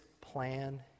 plan